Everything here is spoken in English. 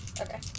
Okay